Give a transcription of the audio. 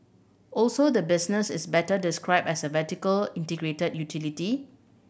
also the business is better described as a vertically integrated utility